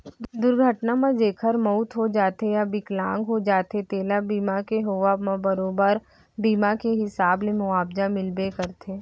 दुरघटना म जेकर मउत हो जाथे या बिकलांग हो जाथें तेला बीमा के होवब म बरोबर बीमा के हिसाब ले मुवाजा मिलबे करथे